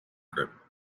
grip